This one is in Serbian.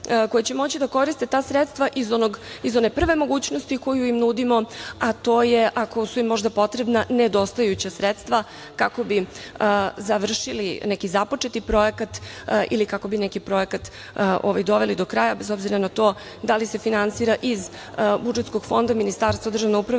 koje će moći da koriste ta sredstva iz one prve mogućnosti koju im nudimo, a to je ako su im možda potrebna nedostajuća sredstva, kako bi završili neki započeti projekat ili kako bi neki projekat doveli do kraja, bez obzira na to da li se finansira iz budžetskog fonda Ministarstva državne uprave